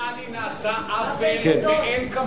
לצנעני נעשה עוול מאין כמוהו.